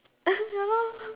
ya lor